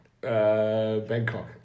Bangkok